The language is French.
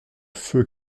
feu